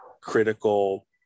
critical